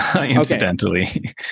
incidentally